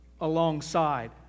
alongside